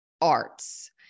arts